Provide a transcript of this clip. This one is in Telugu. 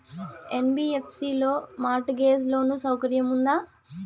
యన్.బి.యఫ్.సి లో మార్ట్ గేజ్ లోను సౌకర్యం ఉందా?